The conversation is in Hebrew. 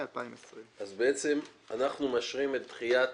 2020". אז בעצם אנחנו מאשרים את דחיית